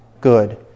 good